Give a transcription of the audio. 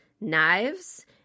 knives